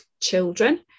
children